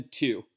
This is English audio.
two